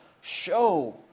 Show